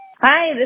Hi